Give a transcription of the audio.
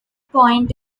point